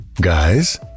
Guys